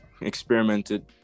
experimented